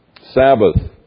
Sabbath